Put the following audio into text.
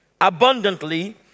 abundantly